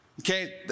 okay